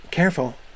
careful